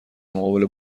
مقابل